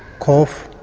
cough,